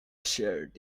shared